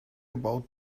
about